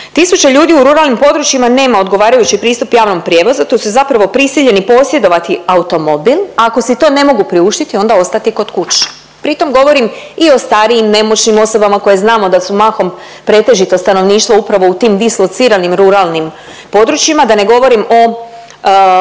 Tisuće ljudi u ruralnim područjima nema odgovarajući pristup javnom prijevozu te su zapravo prisiljeni posjedovati automobil, a ako si to ne mogu priuštiti onda ostati kod kuće. Pritom govorim i o starijim, nemoćnim osobama koje znamo da su mahom pretežito stanovništvo upravo u tim dislociranim ruralnim područjima da ne govorim o,